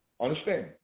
understand